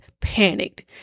panicked